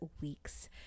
week's